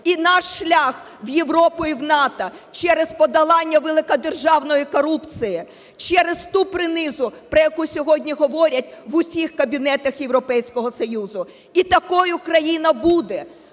І наш шлях в Європу і в НАТО через подолання великодержавної корупції, через ту принизу, про яку сьогодні говорять в усіх кабінетах Європейського Союзу. І такою країна буде,